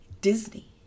Disney